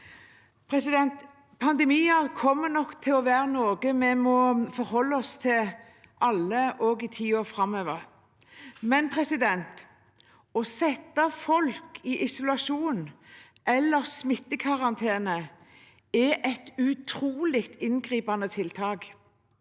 Pandemier kommer nok til å være noe vi alle må forholde oss til også i tiden framover, men å sette folk i isolasjon eller smittekarantene er et utrolig inngripende tiltak.